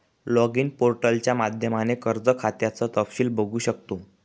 login पोर्टलच्या माध्यमाने कर्ज खात्याचं तपशील बघू शकतो